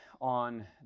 on